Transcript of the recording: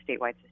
statewide